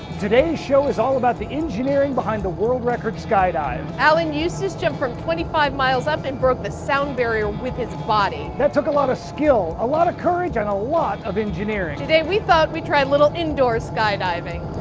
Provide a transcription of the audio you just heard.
today's show is all about the engineering behind the world record skydive. alan eustace jumped from twenty five miles up and broke the sound barrier with his body. that took a lot of skill, a lot of courage, and a lot of engineering. today we thought we'd try a little indoor skydiving.